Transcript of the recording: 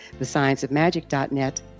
thescienceofmagic.net